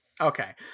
Okay